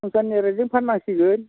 सरखारनि रेटजों फाननांसिगोन